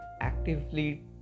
actively